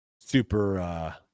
super